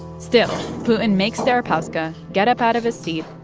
still, putin makes deripaska get up out of his seat,